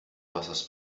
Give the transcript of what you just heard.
wassers